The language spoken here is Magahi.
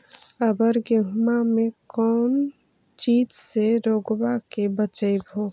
अबर गेहुमा मे कौन चीज के से रोग्बा के बचयभो?